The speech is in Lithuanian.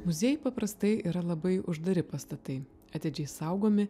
muziejai paprastai yra labai uždari pastatai atidžiai saugomi